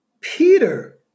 Peter